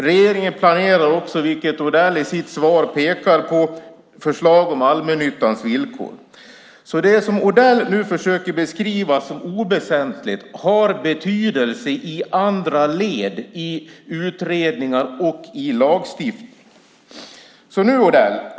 Regeringen planerar också, vilket Odell i sitt svar pekar på, förslag om allmännyttans villkor. Det Odell nu försöker beskriva som oväsentligt har därför betydelse i andra led i utredningar och i lagstiftning.